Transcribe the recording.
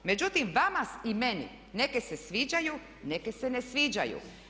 Međutim, vama i meni, neke se sviđaju, neke se ne sviđaju.